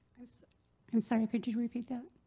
i'm sorry. could you repeat that?